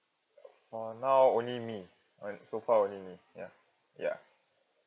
for now only me I'm so far only me ya ya